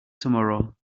tomorrow